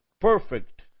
perfect